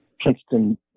Princeton